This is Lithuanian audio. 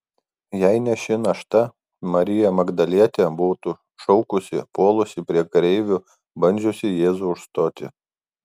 jei ne ši našta marija magdalietė būtų šaukusi puolusi prie kareivių bandžiusi jėzų užstoti